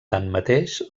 tanmateix